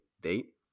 date